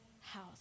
house